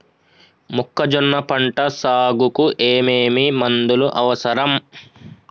మొక్కజొన్న పంట సాగుకు ఏమేమి మందులు అవసరం?